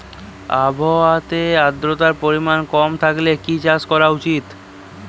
আবহাওয়াতে আদ্রতার পরিমাণ কম থাকলে কি চাষ করা উচিৎ?